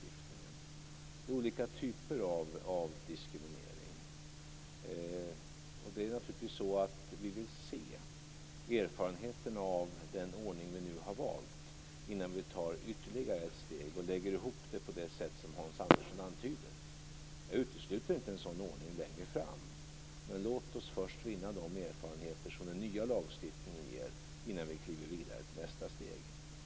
Det är olika typer av diskriminering, och vi vill naturligtvis se erfarenheterna av den ordning vi nu har valt innan vi tar ytterligare ett steg och lägger ihop det på det sätt som Hans Andersson antyder. Jag utesluter inte en sådan ordning längre fram. Men låt oss först vinna de erfarenheter som den nya lagstiftningen ger innan vi kliver vidare till nästa steg.